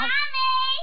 Mommy